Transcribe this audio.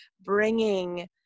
bringing